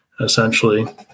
essentially